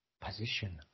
Position